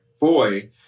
boy